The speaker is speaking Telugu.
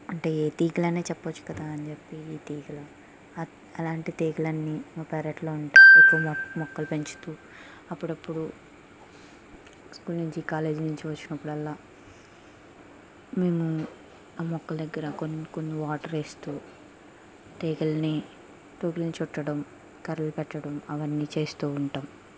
అంటే తీగలనే చెప్పొచ్చు కదా అని చెప్పి ఈ తీగలు అలాంటి తీగలన్ని మా పెరట్లో ఉంటాయి ఎక్కువ మొక్కలు మొక్కలు పెంచుతూ అప్పుడప్పుడు స్కూల్ నుంచి కాలేజీ నుంచి వచ్చినప్పుడల్లా మేము ఆ మొక్కల దగ్గర కొన్ని కొన్ని వాటరేస్తూ తీగల్ని ట్యూబులు చుట్టడం కర్రలు పెట్టడం అవన్నీ చేస్తూ ఉంటాం